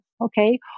okay